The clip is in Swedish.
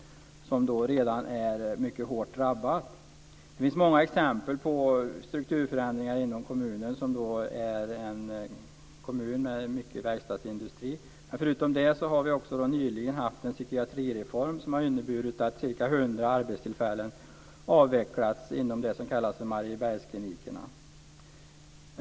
Det är en redan mycket hårt drabbad kommun. Det finns många exempel på strukturförändringar inom kommunen. Där finns mycket verkstadsindustri. Nyligen genomfördes en psykiatrireform. Den har inneburit att ca 100 arbetstillfällen har avvecklats inom Mariebergsklinikerna.